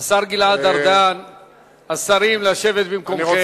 השר גלעד ארדן, השרים, לשבת במקומכם.